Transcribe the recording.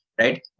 Right